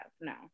no